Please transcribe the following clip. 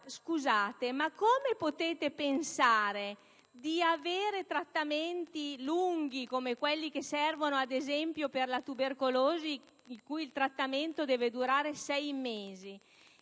scusate, ma come potete pensare di portare avanti trattamenti lunghi come quelli che servono ad esempio per la tubercolosi - il cui trattamento deve durare sei mesi